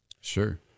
Sure